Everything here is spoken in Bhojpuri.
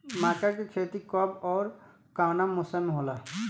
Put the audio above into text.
मका के खेती कब ओर कवना मौसम में होला?